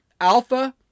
Alpha